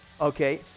Okay